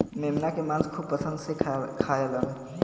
मेमना के मांस खूब पसंद से खाएलन